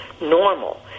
normal